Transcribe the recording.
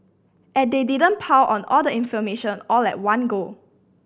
and they didn't pile on all the information all at one go